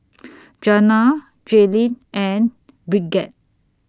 Jana Jaelyn and Bridgett